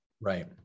Right